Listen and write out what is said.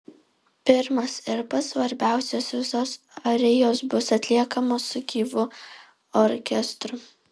pirmas ir pats svarbiausias visos arijos bus atliekamos su gyvu orkestru